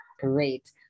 Great